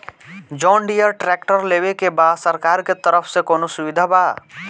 John Deere tractor लेवे के बा सरकार के तरफ से कौनो सुविधा बा?